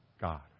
God